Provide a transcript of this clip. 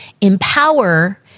Empower